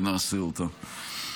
ונעשה אותה.